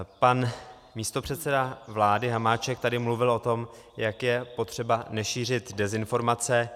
Pan místopředseda vlády Hamáček tady mluvil o tom, jak je potřeba nešířit dezinformace.